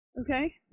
Okay